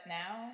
now